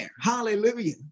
Hallelujah